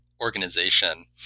organization